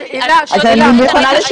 אתכם.